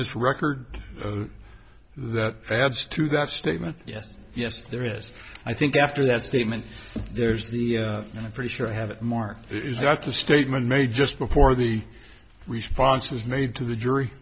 this record that adds to that statement yes yes there is i think after that statement there's the and i'm pretty sure i have it mark is that the statement made just before the response was made to the jury